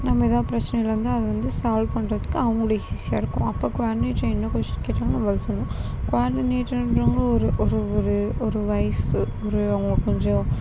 நம்ம ஏதா பிரச்சனையில் இருந்தால் அது வந்து சால்வ் பண்ணுறதுக்கு அவங்களுக்கு ஈசியாக இருக்கும் அப்போது குவாடினேட்டர் என்ன கொஸ்டின் கேட்டாலும் பதில் சொல்லணும் குவாடினேட்டர் என்றவங்க ஒரு ஒரு ஒரு ஒரு வயது ஒரு அவங்க கொஞ்சம்